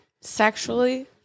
sexually